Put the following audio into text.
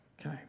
Okay